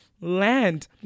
land